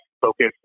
focus